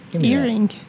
earring